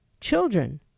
children